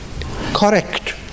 correct